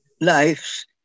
lives